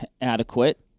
adequate